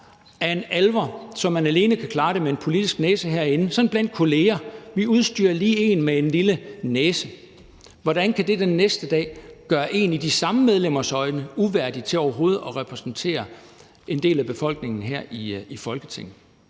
af alvor, der gør, at man kan klare det med en politisk næse blandt kolleger herinde – vi udstyrer lige nogen med en lille næse – den næste dag i de samme medlemmers øjne gøre en uværdig til overhovedet at repræsentere en del af befolkningen her i Folketinget?